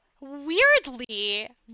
weirdly